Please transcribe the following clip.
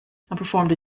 performed